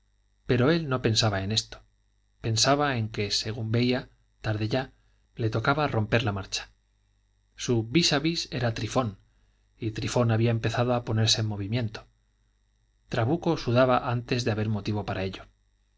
pero él no pensaba en esto pensaba en que según veía tarde ya le tocaba romper la marcha su bis a bis era trifón y trifón había empezado a ponerse en movimiento trabuco sudaba antes de haber motivo para ello